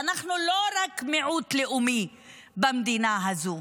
ואנחנו לא רק מיעוט לאומי במדינה הזו,